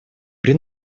при